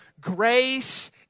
grace